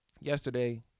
Yesterday